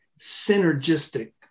synergistic